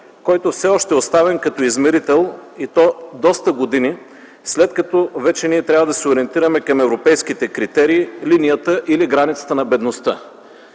който все още е оставен като измерител и то доста години след като вече ние трябва да се ориентираме към европейските критерии – линията или границата на бедността.